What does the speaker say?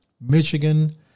Michigan